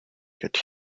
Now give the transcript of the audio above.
get